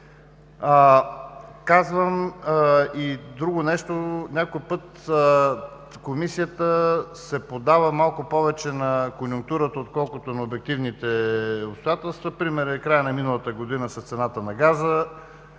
Казвам и друго нещо – някой път Комисията се подава малко повече на конюнктурата, отколкото на обективните обстоятелства. Пример е в края на миналата година с цената на газа,